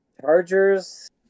Chargers